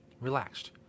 relaxed